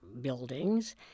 buildings